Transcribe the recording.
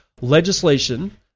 Legislation